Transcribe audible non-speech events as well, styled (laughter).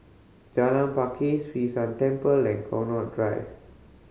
Jalan Pakis (unintelligible) San Temple and Connaught Drive